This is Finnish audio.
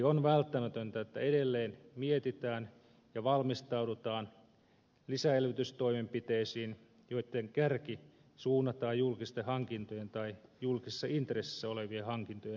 on välttämätöntä että edelleen mietitään ja valmistaudutaan lisäelvytystoimenpiteisiin joitten kärki suunnataan julkisten hankintojen tai julkisessa intressissä ole vien hankintojen aikaistamiseen